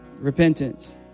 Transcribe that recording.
repentance